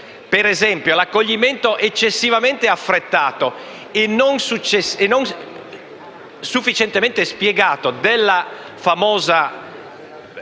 Inoltre, l'accoglimento eccessivamente affrettato e non sufficientemente spiegato del famoso